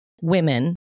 women